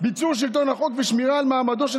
ביצור שלטון החוק ושמירה על מעמדו של